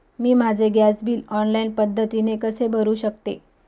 मी माझे gas bill online पद्धतीने कसे भरु शकते?